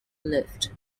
lived